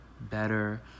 better